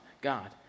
God